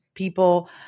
People